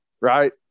Right